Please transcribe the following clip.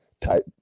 type